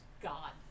God